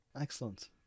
Excellent